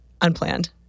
unplanned